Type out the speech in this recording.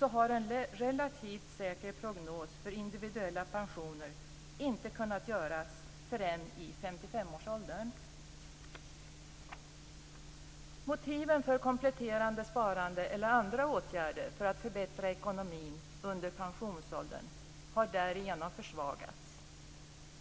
har en relativt säker prognos för individuella pensioner inte kunnat göras förrän i 55 årsåldern. Motiven för kompletterande sparande eller andra åtgärder för att förbättra ekonomin under pensionsåldern har därigenom försvagats.